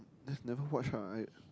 just never watch lah I